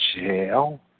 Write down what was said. jail